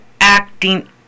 acting